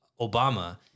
Obama